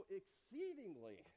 exceedingly